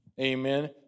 Amen